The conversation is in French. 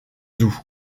dou